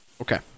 Okay